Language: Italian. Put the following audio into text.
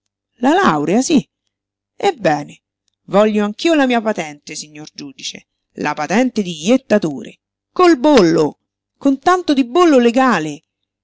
la laurea sí ebbene voglio anch'io la mia patente signor giudice la patente di jettatore col bollo con tanto di bollo legale